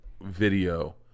video